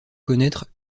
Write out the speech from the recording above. connaître